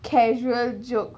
casual jokes